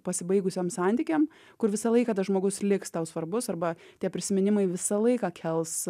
pasibaigusiem santykiam kur visą laiką tas žmogus liks tau svarbus arba tie prisiminimai visą laiką kels